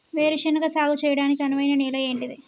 వేరు శనగ సాగు చేయడానికి అనువైన నేల ఏంటిది?